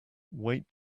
wait